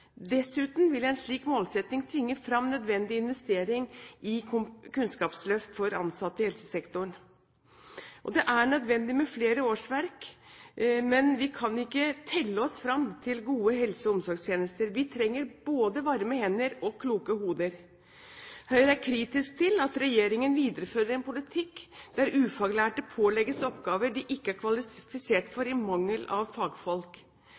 Dessuten vil en slik målsetting tvinge fram en nødvendig investering i et kunnskapsløft for ansatte i helsesektoren. Det er nødvendig med flere årsverk, men vi kan ikke telle oss fram til gode helse- og omsorgstjenester. Vi trenger både varme hender og kloke hoder. Høyre er kritisk til at regjeringen viderefører en politikk der ufaglærte pålegges oppgaver de ikke er kvalifisert for, i mangel av fagfolk.